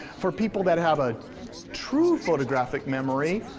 for people that have a true photographic memory,